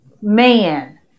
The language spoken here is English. man